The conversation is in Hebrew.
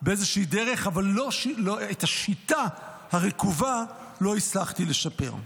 באיזה דרך, אבל את השיטה הרקובה לא הצלחתי לשפר.